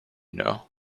know